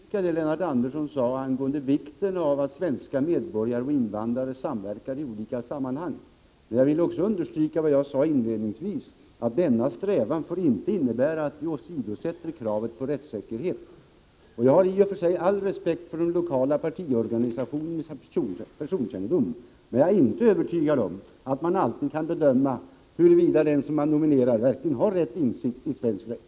Herr talman! Jag vill gärna understryka det Lennart Andersson sade angående vikten av att svenska medborgare och invandrare samverkar i olika sammanhang. Men jag vill också understryka vad jag sade inledningsvis, att denna strävan inte får innebära att vi åsidosätter kravet på rättssäkerhet. Jag har i och för sig all respekt för de lokala partiorganisationernas personkännedom, men jag är inte övertygad om att de alltid kan bedöma huruvida den som man nominerar verkligen har tillräcklig insikt i svensk rätt.